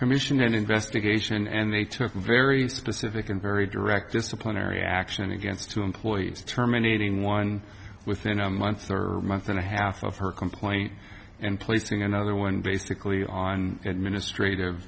commission an investigation and they took very specific and very direct disciplinary action against two employees terminating one within a month or month and a half of her complaint and placing another one basically on administrative